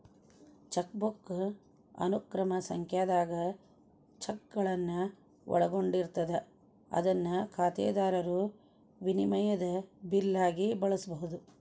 chequebook ಅನುಕ್ರಮ ಸಂಖ್ಯಾದಾಗ ಚೆಕ್ಗಳನ್ನ ಒಳಗೊಂಡಿರ್ತದ ಅದನ್ನ ಖಾತೆದಾರರು ವಿನಿಮಯದ ಬಿಲ್ ಆಗಿ ಬಳಸಬಹುದು